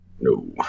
No